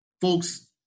folks